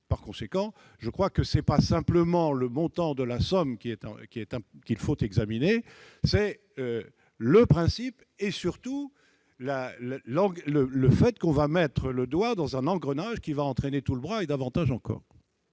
Par conséquent, ce n'est pas simplement le montant des dépenses qu'il faut examiner, c'est le principe et, surtout, le fait que l'on met le doigt dans un engrenage, qui entraînera tout le bras, et davantage encore.